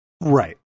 Right